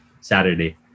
Saturday